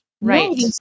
Right